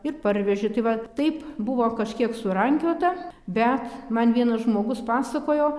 ir parvežė tai va taip buvo kažkiek surankiota bet man vienas žmogus pasakojo